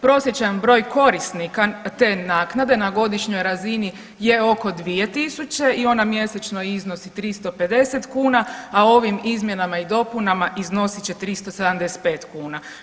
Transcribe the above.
Prosječan broj korisnika te naknade na godišnjoj razini je oko 2.000 i ona mjesečno iznosi 350 kuna, a ovim izmjenama i dopunama iznosit će 375 kuna.